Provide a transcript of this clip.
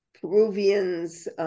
Peruvians